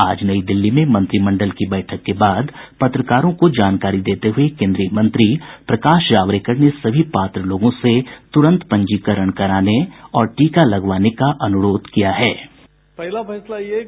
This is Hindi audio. आज नई दिल्ली में मंत्रिमंडल की बैठक के बाद पत्रकारों को जानकारी देते हुए केंद्रीय मंत्री प्रकाश जावड़ेकर ने सभी पात्र लोगों से तुरंत पंजीकरण कराने और टीका लगवाने का अनुरोध किया है